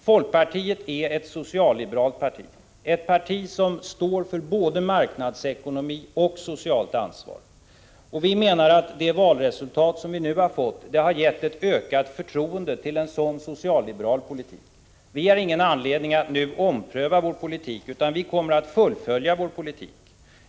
Folkpartiet är ett socialliberalt parti, ett parti som står för både marknadsekonomi och socialt ansvar. Vi menar att det valresultat som vi nu har fått har gett ett ökat förtroende för en sådan socialliberal politik. Vi har ingen anledning att nu ompröva vår politik, utan vi kommer att fullfölja den.